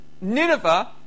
Nineveh